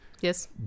Yes